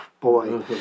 boy